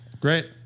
great